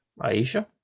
Aisha